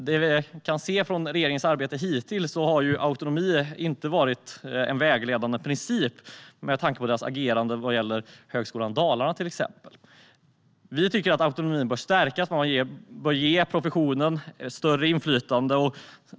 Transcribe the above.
Det vi kan se från regeringens arbete hittills är att autonomi inte har varit en vägledande princip, med tanke på dess agerande vad gäller till exempel Högskolan Dalarna. Vi tycker att autonomin bör stärkas. Man bör ge professionen större inflytande.